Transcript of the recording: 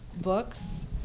books